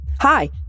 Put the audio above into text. Hi